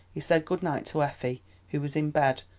he said good-night to effie who was in bed,